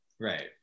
Right